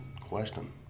question